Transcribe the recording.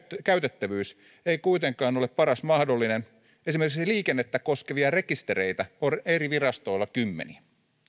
käytettävyys ei kuitenkaan ole paras mahdollinen esimerkiksi liikennettä koskevia rekistereitä on eri virastoilla kymmeniä